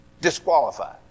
disqualified